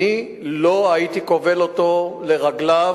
אני לא הייתי כובל אותו ברגליו,